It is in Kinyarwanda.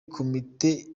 komite